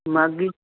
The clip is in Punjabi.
ਮਾਘੀ